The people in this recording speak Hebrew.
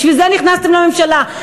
בשביל זה נכנסתם לממשלה,